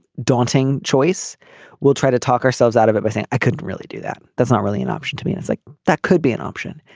daunting choice we'll try to talk ourselves out of it. i think i could really do that. that's not really an option to me that's like that could be an option.